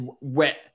wet